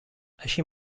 així